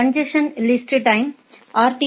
congestion list time RT